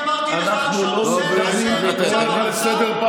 אני אמרתי לך שהנושא הזה נמצא במצע,